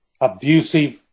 abusive